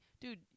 dude